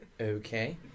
okay